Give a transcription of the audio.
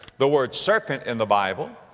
the word serpent in the bible,